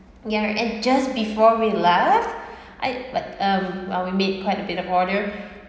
ya and just before we left I but um well we made quite a bit of order